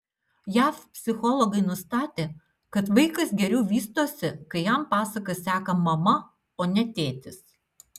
jav psichologai nustatė kad vaikas geriau vystosi kai jam pasakas seka mama o ne tėtis